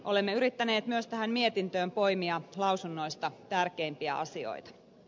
olemme yrittäneet myös tähän mietintöön poimia lausunnoista tärkeimpiä asioita